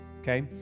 okay